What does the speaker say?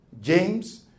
James